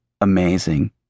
amazing